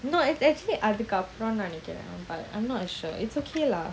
no it's actually அதுக்கப்புறம்ன்னுநெனைக்கிறேன்:adhukapuramnu nenaiken I'm not sure it's okay lah